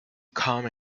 come